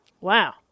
Wow